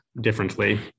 differently